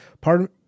Pardon